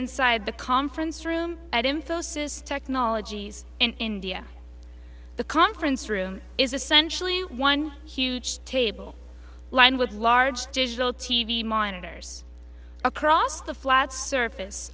inside the conference room at infosys technologies in india the conference room is essentially one huge table lined with large digital t v monitors across the flat surface